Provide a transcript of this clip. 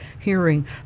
hearing